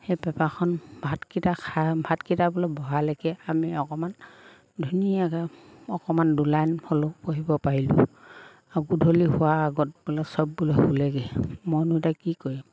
সেই পেপাৰখন ভাতকেইটা খাই ভাতকেইটা বোলে বহালৈকে আমি অকণমান ধুনীয়াকৈ অকণমান দুলাইন হ'লেও পঢ়িব পাৰিলোঁ আৰু গধূলি হোৱাৰ আগত বোলে চব বোলে শুলেগৈ মইনো এতিয়া কি কৰিম